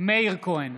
מאיר כהן,